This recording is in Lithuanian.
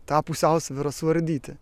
tą pusiausvyrą suardyti